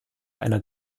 einer